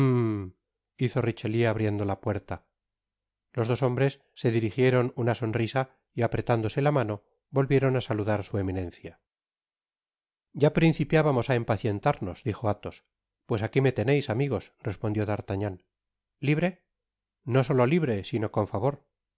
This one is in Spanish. hizo richelieu abriendo la puerta los dos hombres se dirigieron una sonrisa y apretándose la mano volvieron á saludar á su eminencia ya principiábamos á impacientarnos dijo athos pues aqui me teneis amigos mios respondió d'artagnan libre no solo libre sino con favor